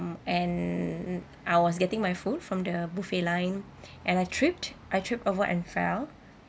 and I was getting my food from the buffet line and I tripped I tripped over and fell